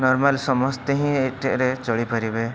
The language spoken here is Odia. ନର୍ମାଲ୍ ସମସ୍ତେ ହିଁ ଏଠାରେ ଚଳି ପାରିବେ